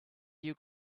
you